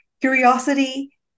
Curiosity